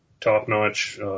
top-notch